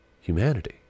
humanity